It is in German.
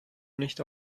nicht